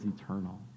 eternal